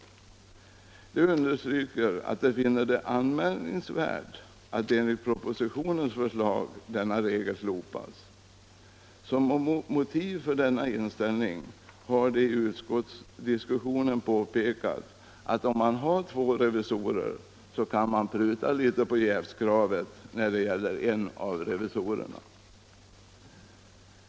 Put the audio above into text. Reservanterna understryker att de finner det anmärkningsvärt att enligt propositionens förslag denna regel slopas. Som motiv för denna inställning har de i utskottsdiskussionen påpekat att om man har två revisorer så kan man pruta litet på jävskravet när det gäller en av revisorerna.